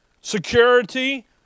security